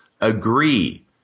agree